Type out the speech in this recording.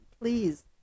please